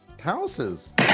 houses